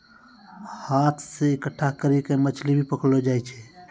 हाथ से इकट्ठा करी के मछली भी पकड़लो जाय छै